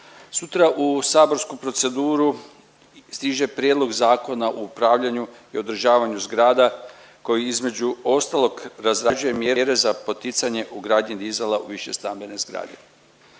Sutra u saborsku proceduru stiže Prijedlog zakona o upravljanju i održavanju zgrada koji između ostalog razrađuje mjere za poticanje ugradnje dizala u višestambene zgrade.